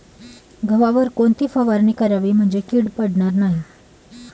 गव्हावर कोणती फवारणी करावी म्हणजे कीड पडणार नाही?